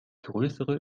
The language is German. größere